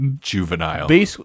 juvenile